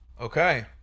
okay